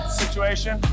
situation